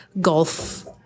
golf